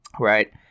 Right